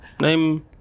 name